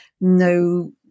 No